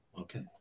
okay